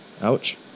ouch